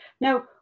now